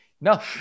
No